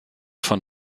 von